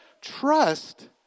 trust